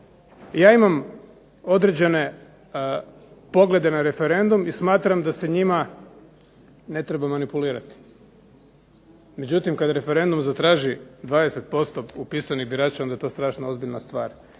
Ja imam određene poglede na referendum i smatram da se njima ne treba manipulirati, međutim kad referendum zatraži 20% upisanih birača onda je to strašno ozbiljna stvar.